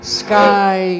sky